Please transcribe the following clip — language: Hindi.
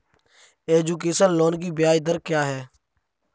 एजुकेशन लोन की ब्याज दर क्या है?